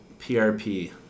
PRP